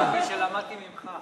אני אמרתי שלמדתי ממך.